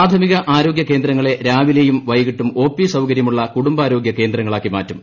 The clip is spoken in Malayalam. പ്രാഥമിക ആരോഗ്യ കേന്ദ്രങ്ങളെ രാവിലെയും വൈകിട്ടും ഒ പി സൌകര്യമുള്ള കുടുംബാരോഗ്യ കേന്ദ്രങ്ങളാക്കി മാറ്റും